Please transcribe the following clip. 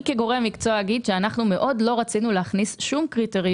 אני כגורם מקצוע אומר שאנחנו מאוד לא רצינו להכניס קריטריון